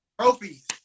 trophies